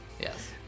Yes